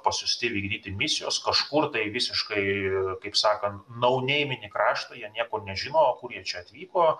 pasiųsti vykdyti misijos kažkur tai visiškai kaip sakant nau neiminį kraštą jie nieko nežino kur jie čia atvyko